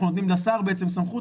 אנחנו נותנים לשר סמכות